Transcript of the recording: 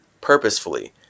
purposefully